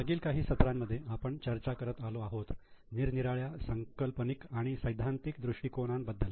मागील काही सत्रांमध्ये आपण चर्चा करत आलो आहोत निरनिराळ्या सांकल्पनिक आणि सैद्धांतिक दृष्टिकोन बद्दल